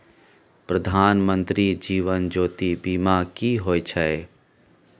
प्रधानमंत्री जीवन ज्योती बीमा की होय छै?